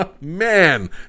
Man